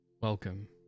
Welcome